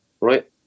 right